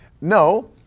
no